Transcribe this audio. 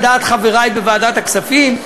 על דעת חברי בוועדת הכספים: